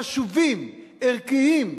חשובים, ערכיים,